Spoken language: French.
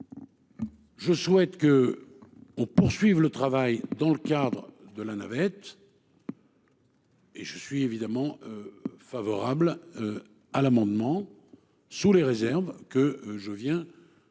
Je souhaite que on poursuive le travail dans le cadre de la navette. Et je suis évidemment. Favorable. À l'amendement. Sous les réserves que je viens.